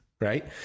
right